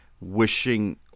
wishing